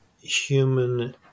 human